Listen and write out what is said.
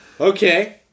okay